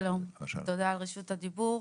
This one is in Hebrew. שלום, תודה על רשות הדיבור.